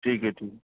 ٹھیک ہےٹھیک